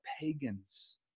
pagan's